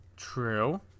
True